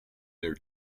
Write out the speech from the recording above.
their